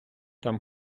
там